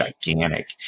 gigantic